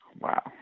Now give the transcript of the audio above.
Wow